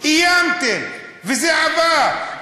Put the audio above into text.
איימתם, וזה עבר.